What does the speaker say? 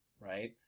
right